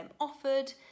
offered